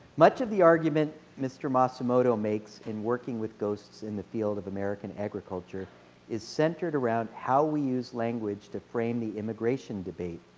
much of the arguments mr. masumoto makes in working with ghosts in the field of american agriculture is centered around how we use language to frame the immigration debate.